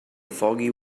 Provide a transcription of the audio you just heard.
foggy